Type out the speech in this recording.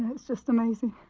it's just amazing,